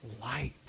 light